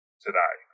today